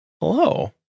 Hello